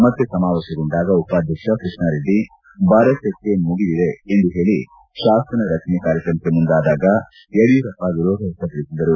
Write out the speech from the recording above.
ಮತ್ತೆ ಸಮಾವೇಶಗೊಂಡಾಗ ಉಪಾಧ್ಯಕ್ಷ ಕೃಷ್ಣಾ ರೆಡ್ಡಿ ಬರ ಚರ್ಚೆ ಮುಗಿದಿದೆ ಎಂದು ಹೇಳಿ ಶಾಸನ ರಚನೆ ಕಾರ್ಯಕ್ರಮಕ್ಕೆ ಮುಂದಾದಾಗ ಯಡಿಯೂರಪ್ಪ ವಿರೋಧ ವ್ಯಕ್ತಪಡಿಸಿದರು